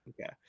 Okay